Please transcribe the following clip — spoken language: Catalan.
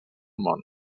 món